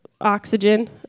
oxygen